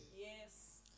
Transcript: Yes